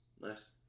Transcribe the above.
Nice